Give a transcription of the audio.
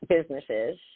businesses